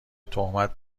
تهمت